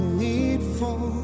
needful